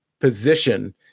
position